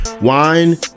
Wine